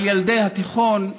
על ילדי התיכון,